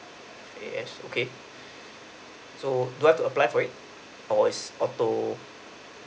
yes okay so do I've to apply for it or it's auto